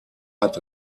hat